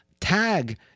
Tag